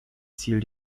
ziel